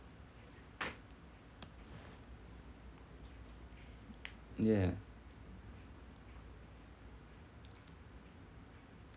yeah